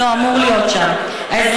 לא אמור להיות שם" אדוני היושב-ראש,